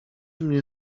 mnie